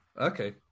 Okay